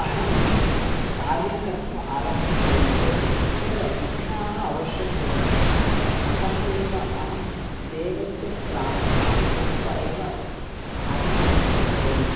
अहं कार्यं कर्तुम् आरम्भं करोमि चेत् तत्र विघ्नाः अवश्यं भवन्ति अतः एव अहं देवस्य प्रार्थनां कृत्वा एव कार्यारम्भं करोमि